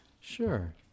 Sure